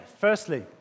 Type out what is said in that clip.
firstly